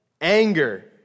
anger